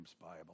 Bible